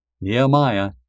Nehemiah